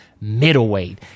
middleweight